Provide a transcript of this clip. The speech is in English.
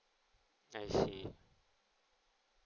I see